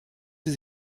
sie